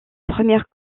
première